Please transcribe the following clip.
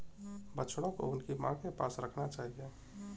बछड़ों को उनकी मां के पास रखना चाहिए